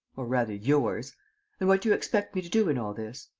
or rather yours. and what do you expect me to do in all this?